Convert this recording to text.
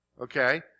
Okay